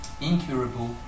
Incurable